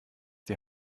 die